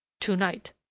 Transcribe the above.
To-night